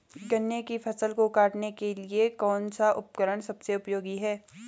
गन्ने की फसल को काटने के लिए कौन सा उपकरण सबसे उपयोगी है?